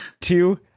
Two